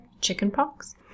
chickenpox